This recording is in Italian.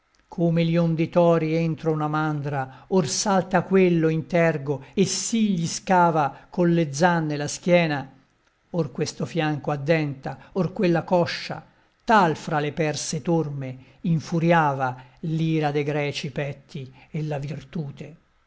come lion di tori entro una mandra or salta a quello in tergo e sì gli scava con le zanne la schiena or questo fianco addenta or quella coscia tal fra le perse torme infuriava l'ira de greci petti e la virtute